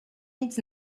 needs